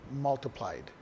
multiplied